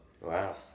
Wow